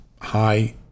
high